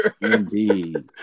Indeed